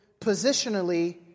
positionally